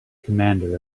commander